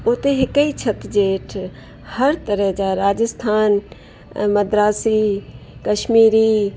उते हिक ई छित जे हेठि हर तरह जा राजस्थान ऐं मद्रासी कशमीरी